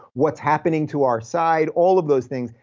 what's happening to our side, all of those things.